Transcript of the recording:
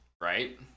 Right